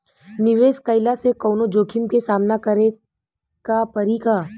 निवेश कईला से कौनो जोखिम के सामना करे क परि का?